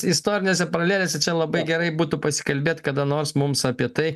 istorinėse paralelėse čia labai gerai būtų pasikalbėt kada nors mums apie tai